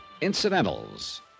incidentals